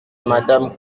madame